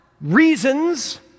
reasons